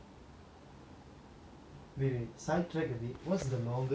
wait wait sidetrack a bit what's the longest you have slept